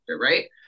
right